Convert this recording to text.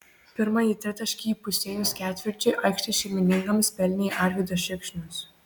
pirmąjį tritaškį įpusėjus ketvirčiui aikštės šeimininkams pelnė arvydas šikšnius